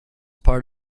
part